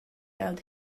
out